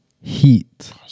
Heat